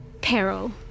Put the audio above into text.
peril